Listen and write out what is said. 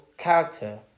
Character